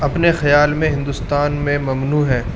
اپنے خیال میں ہندوستان میں ممنوع ہیں